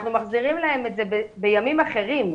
אנחנו מחזירים להם את זה בימים אחרים,